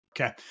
Okay